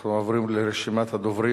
אנחנו עוברים לרשימת הדוברים.